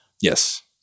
Yes